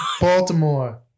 Baltimore